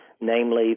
namely